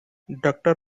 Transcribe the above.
doctor